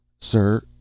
Sir